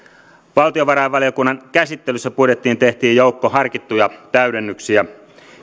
valtiovarainvaliokunnan käsittelyssä budjettiin tehtiin joukko harkittuja täydennyksiä